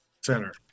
center